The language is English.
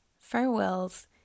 Farewells